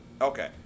Okay